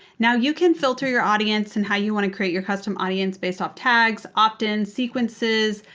now you can filter your audience and how you want to create your custom audience based off tags, opt-in, sequences,